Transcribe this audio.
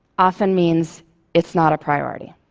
often means it's not a priority.